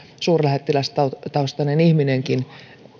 suurlähettilästaustainen ihminenkin